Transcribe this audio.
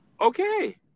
Okay